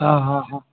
હા હા હા